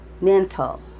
mental